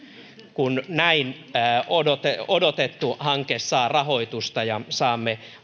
kun näin odotettu odotettu hanke saa rahoitusta ja saamme